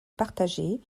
partager